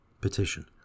Petition